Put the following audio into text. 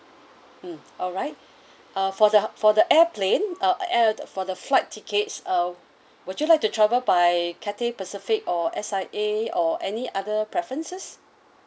mm alright uh for the for the airplane uh air for the flight tickets uh would you like to travel by cathay pacific or S_I_A or any other preferences